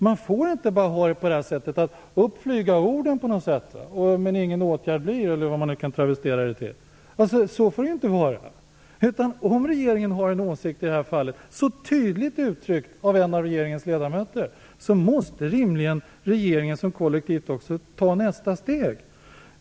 Det får bara inte vara så att "upp flyga orden, men ingen åtgärd sker", eller hur man skall travestera det. Om regeringen har en åsikt i det här fallet, så tydligt uttryckt av en av regeringens ledamöter, måste regeringen som kollektiv rimligen också ta nästa steg.